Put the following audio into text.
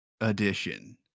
edition